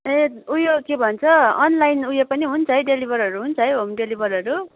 उयो के भन्छ अनलाइन उयो पनि हुन्छ है डेलिभरहरू हुन्छ है होम डेलिभरहरू